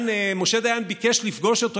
משה דיין ביקש לפגוש אותו,